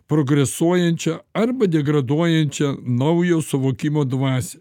progresuojančią arba degraduojančią naujo suvokimo dvasią